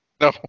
No